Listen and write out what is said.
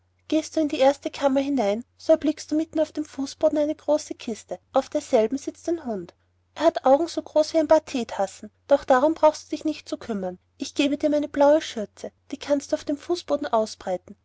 gehst du in die erste kammer hinein so erblickst du mitten auf dem fußboden eine große kiste auf derselben sitzt ein hund er hat ein paar augen so groß wie ein paar theetassen doch darum brauchst du dich nicht zu kümmern ich gebe dir meine blaue schürze die kannst du auf dem fußboden ausbreiten